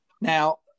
Now